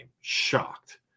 shocked